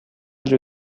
lieu